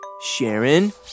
Sharon